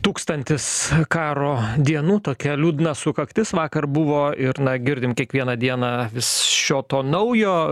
tūkstantis karo dienų tokia liūdna sukaktis vakar buvo ir girdim kiekvieną dieną vis šio to naujo